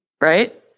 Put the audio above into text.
Right